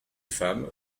femmes